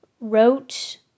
wrote